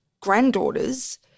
granddaughters